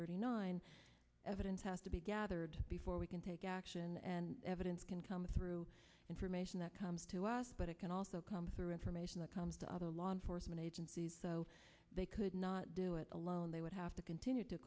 thirty nine evidence has to be gathered before we can take action and evidence can come in through information that comes to us but it can also come through information that comes to other law enforcement agencies so they could not do it alone they would have to continue to